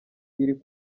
iri